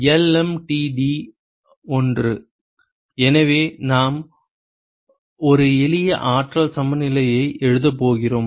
LMTD I எனவே நாம் ஒரு எளிய ஆற்றல் சமநிலையை எழுதப் போகிறோம்